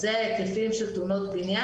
אז זה ההיקפים של תאונות בניין.